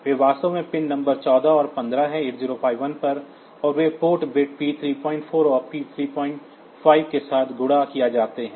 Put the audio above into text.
वे वास्तव में pin number 14 और 15 हैं 8051 पर और वे पोर्ट बिट P34 और P35 के साथ गुणा किए जाते हैं